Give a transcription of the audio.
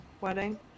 wedding